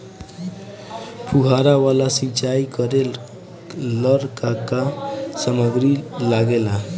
फ़ुहारा वाला सिचाई करे लर का का समाग्री लागे ला?